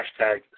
Hashtag